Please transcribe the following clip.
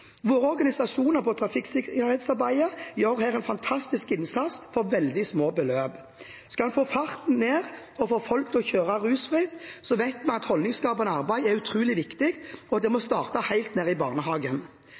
Våre organisasjoner innen trafikksikkerhetsarbeidet gjør her en fantastisk innsats for veldig små beløp. Skal en få farten ned og få folk til å kjøre rusfritt, vet vi at holdningsskapende arbeid er utrolig viktig, og at det må